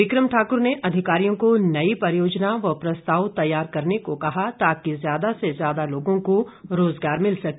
बिक्रम ठाक्र ने अधिकारियों को नई परियोजना व प्रस्ताव तैयार करने को कहा ताकि ज्यादा से ज्यादा लोगों को रोजगार मिल सके